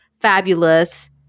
fabulous